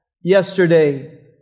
yesterday